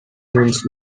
means